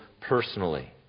personally